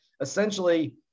Essentially